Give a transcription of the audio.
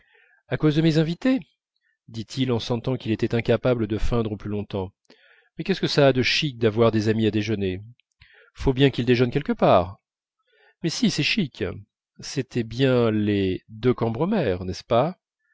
à cause de mes invités dit-il en sentant qu'il était incapable de feindre plus longtemps mais qu'est-ce que ça a de chic d'avoir des amis à déjeuner faut bien qu'ils déjeunent quelque part mais si c'est chic c'était bien les de cambremer n'est-ce pas